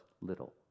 little